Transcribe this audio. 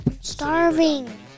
Starving